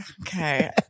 Okay